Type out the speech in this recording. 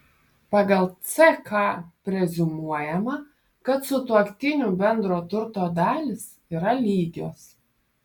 pagal ck preziumuojama kad sutuoktinių bendro turto dalys yra lygios